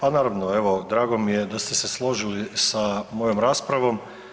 Pa naravno evo drago mi je da ste se složili sa mojom raspravom.